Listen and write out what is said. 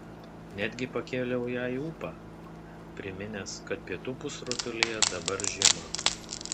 netgi pakėliau jai ūpą priminęs kad pietų pusrutulyje dabar žiema